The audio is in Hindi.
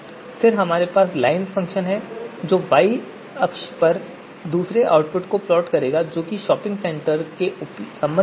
फिर हमारे पास लाइन्स फंक्शन है जो y अक्ष पर दूसरे आउटपुट को प्लॉट करेगा जो शॉपिंग सेंटर के संबंध में है